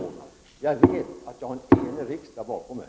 Jag vet att jag har en enig riksdag bakom mig.